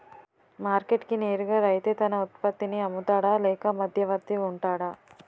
Market కి నేరుగా రైతే తన ఉత్పత్తి నీ అమ్ముతాడ లేక మధ్యవర్తి వుంటాడా?